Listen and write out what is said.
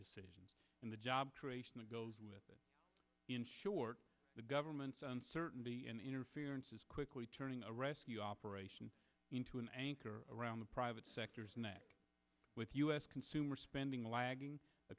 decisions in the job creation that goes with it in short the government's uncertainty and interference is quickly turning a rescue operation into an anchor around the private sector's neck with u s consumer spending lagging a